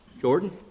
Jordan